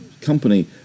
company